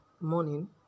morning